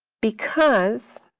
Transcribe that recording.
because